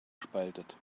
spaltet